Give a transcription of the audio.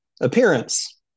appearance